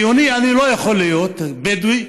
ציוני אני לא יכול להיות, בדואי,